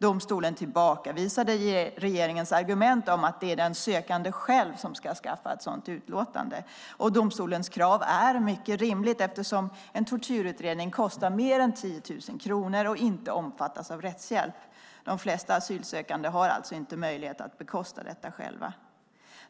Domstolen tillbakavisade regeringens argument om att det är den sökande själv som ska skaffa ett sådant utlåtande. Domstolens krav är rimligt eftersom en tortyrutredning kostar mer än 10 000 kronor och inte omfattas av rättshjälp. De flesta asylsökande har alltså inte möjlighet att bekosta detta själva.